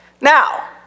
Now